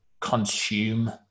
consume